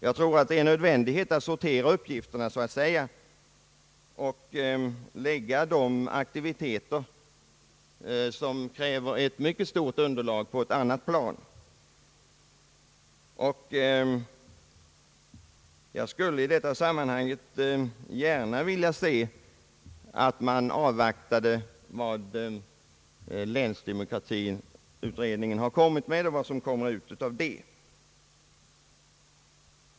Jag tror att det är nödvändigt att så att säga sortera uppgifterna och lägga de aktiviteter som kräver ett mycket stort underlag på ett annat plan. I detta sammanhang skulle jag gärna vilja se att man avvaktar vad länsdemokratiutredningen föreslår och vad som kommer ut av det.